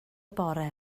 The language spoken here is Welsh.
bore